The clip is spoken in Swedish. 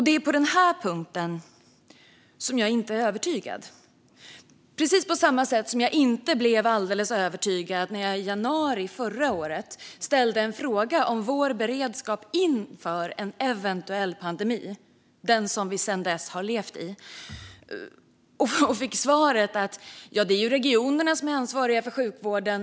Det är på denna punkt jag inte är övertygad, precis på samma sätt som jag inte blev alldeles övertygad när jag i januari förra året ställde en fråga om vår beredskap inför en eventuell pandemi - den som vi sedan dess har levt i - och fick svaret att det var regionerna som var ansvariga för sjukvården.